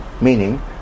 meaning